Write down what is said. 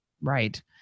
Right